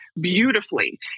beautifully